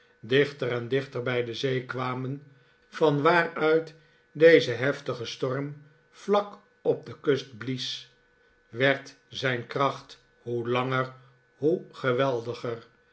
dichter en dichter bij de zee kwamen vanwaaruit deze heftige storm vlak op de kust blies werd zijn kracht hoe langer hoe geweldiger